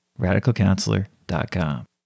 RadicalCounselor.com